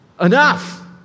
Enough